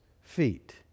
feet